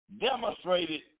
demonstrated